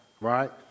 right